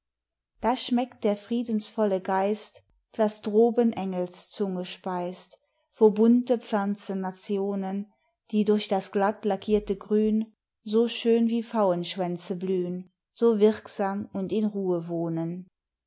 da schmeckt der friedensvolle geist was droben engelszunge speist wo bunte pflanzennationen die durch das glatt lackierte grün so schön wie pfauenschwänze blühn so wirksam und in ruhe wohnen